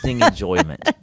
enjoyment